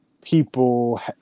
people